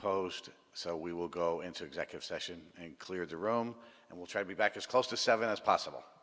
opposed so we will go into executive session and clear the room and we'll try to be back as close to seven as possible